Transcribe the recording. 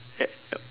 help